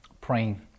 praying